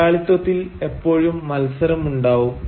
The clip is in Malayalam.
മുതലാളിത്വത്തിൽ എപ്പോഴും മത്സരം ഉണ്ടാവും